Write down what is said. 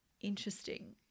Interesting